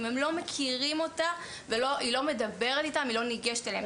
אם הם לא מכירים אותה והיא לא מדברת איתם או ניגשת אליהם.